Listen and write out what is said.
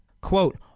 Quote